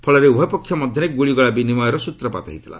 ଫଳରେ ଉଭୟ ପକ୍ଷ ମଧ୍ୟରେ ଗୁଳିଗୋଳା ବିନିମୟର ସ୍ୱତ୍ରପାତ ହୋଇଥିଲା